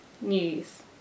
news